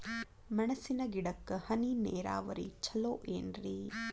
ಮೆಣಸಿನ ಗಿಡಕ್ಕ ಹನಿ ನೇರಾವರಿ ಛಲೋ ಏನ್ರಿ?